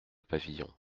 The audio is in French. pavillon